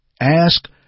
ask